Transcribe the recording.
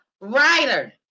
writer